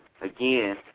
again